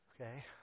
okay